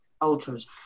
ultras